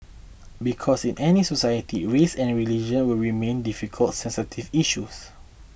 because in any society race and religion will remain difficult sensitive issues